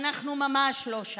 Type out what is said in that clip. אנחנו ממש לא שם.